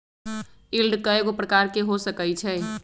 yield कयगो प्रकार के हो सकइ छइ